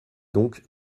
donc